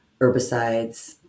herbicides